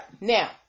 Now